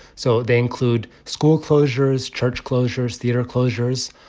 so they include school closures, church closures, theater closures,